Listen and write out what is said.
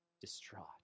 distraught